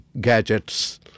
gadgets